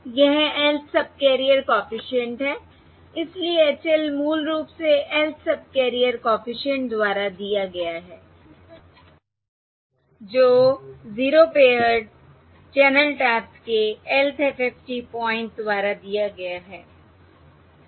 यह Lth subcarrier coefficient है इसलिए H l मूल रूप से Lth सबकैरियर कॉफिशिएंट द्वारा दिया गया है जो 0 पेअर्ड चैनल टैप्स के Lth FFT पॉइंट द्वारा दिया गया है सब ठीक है